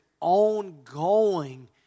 ongoing